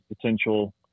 potential